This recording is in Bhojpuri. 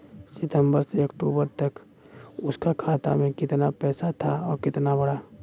सितंबर से अक्टूबर तक उसका खाता में कीतना पेसा था और कीतना बड़ा?